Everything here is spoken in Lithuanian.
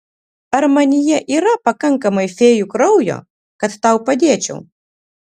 ar manyje yra pakankamai fėjų kraujo kad tau padėčiau